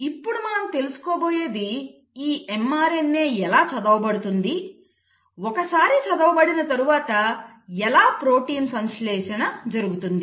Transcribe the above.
ఇప్పుడు మనం తెలుసుకోబోయేది ఈ mRNA ఎలా చదవబడుతుంది ఒకసారి చదవబడిన తరువాత ఎలా ప్రోటీన్ సంశ్లేషణ జరుగుతుంది